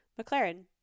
McLaren